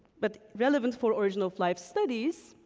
but relevant for origin of life studies,